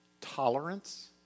tolerance